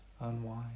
Unwind